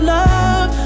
love